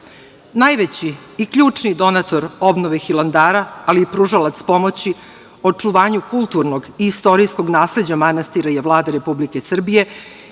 i ključni donator obnove Hilandara, ali i pružalac pomoći očuvanju kulturnog i istorijskog nasleđa manastira je Vlada Republike Srbije,